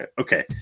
okay